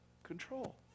Control